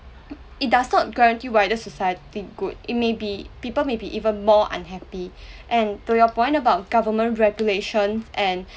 it does not guarantee wider society good it may be people may be even more unhappy and to your point about government regulation and